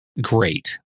great